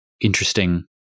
interesting